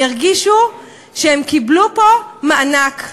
הם ירגישו שהם קיבלו פה מענק.